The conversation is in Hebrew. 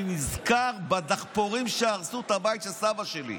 אני נזכר בדחפורים שהרסו את הבית של סבא שלי.